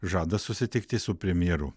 žada susitikti su premjeru